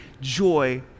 joy